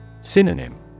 Synonym